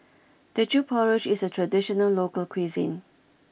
Teochew Porridge is a traditional local cuisine